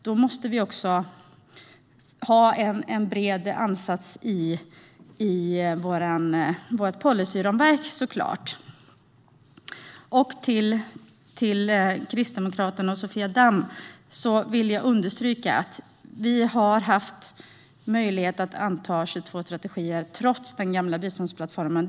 Då måste vi så klart också ha en bred ansats i vårt policyramverk. För Kristdemokraterna och Sofia Damm vill jag understryka att vi har haft möjlighet att anta 22 strategier, trots den gamla biståndsplattformen.